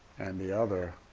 and the other,